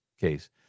case